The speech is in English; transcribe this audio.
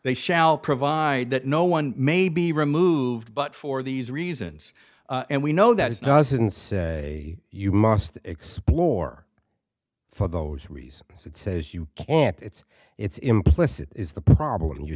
they shall provide that no one may be removed but for these reasons and we know that is doesn't say you must explore for those reasons it says you can't it's it's implicit is the problem you